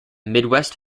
midwest